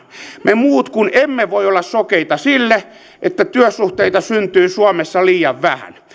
me muut kun emme voi olla sokeita sille että työsuhteita syntyy suomessa liian vähän